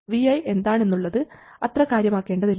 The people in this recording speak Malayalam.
vi എന്താണ് എന്നുള്ളത് അത്ര കാര്യമാക്കേണ്ടതില്ല